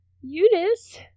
Eunice